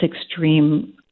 extreme